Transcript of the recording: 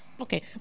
Okay